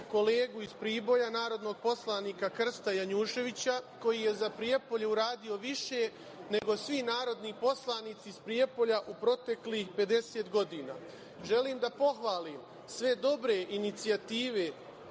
kolegu iz Priboja narodnog poslanika Krsta Janjuševića, koji je za Prijepolje uradio više nego svi narodni poslanici iz Prijepolja u proteklih 50 godina. Želim da pohvalim sve dobre inicijative